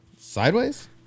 Sideways